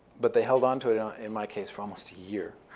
but they held on to it, in my case, for almost a year.